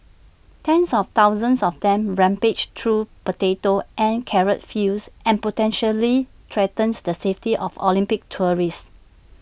tens of thousands of them rampage through potato and carrot fields and potentially threatens the safety of Olympics tourists